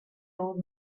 old